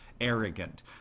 arrogant